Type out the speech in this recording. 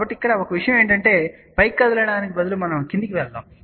కాబట్టి ఇక్కడ ఒక విషయం ఏమిటంటే పైకి కదలడానికి బదులు మనం క్రిందికి వెళ్దాం